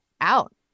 out